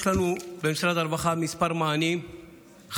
יש לנו במשרד הרווחה כמה מענים חשובים